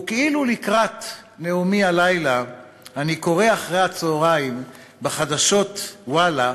וכאילו לקראת נאומי הלילה אני קורא אחרי-הצהריים בחדשות "וואלה":